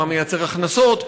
מה מייצר הכנסות,